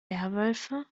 werwölfe